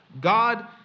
God